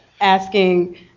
asking